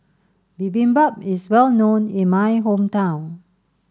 Bibimbap is well known in my hometown